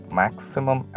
maximum